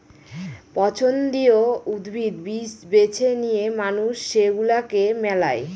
পছন্দীয় উদ্ভিদ, বীজ বেছে নিয়ে মানুষ সেগুলাকে মেলায়